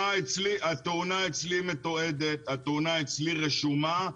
התאונה אצלי מתעודת, התאונה אצלי רשומה.